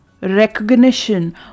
recognition